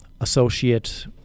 associate